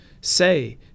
Say